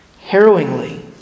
Harrowingly